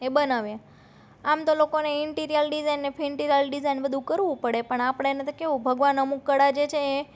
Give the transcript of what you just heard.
એ બનાવ્યા આમ તો લોકોને ઈન્ટિરિયર ડિઝાઇન ને ફિન્ટેરિયલ ડિઝાઇન બધું કરવું પણ આપણે ને એતો કેવું ભગવાન અમુક કળા જે છે એ